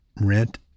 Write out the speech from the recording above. rent